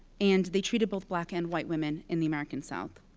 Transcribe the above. and they treated both black and white women in the american south.